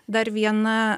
dar viena